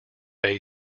bay